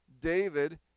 David